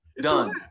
Done